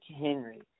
Henry